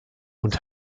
und